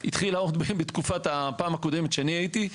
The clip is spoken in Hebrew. התחילה עוד בתקופת הפעם הקודמת, כשאני הייתי,